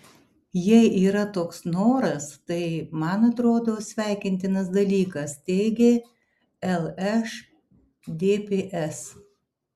jei yra toks noras tai man atrodo sveikintinas dalykas teigė lšdps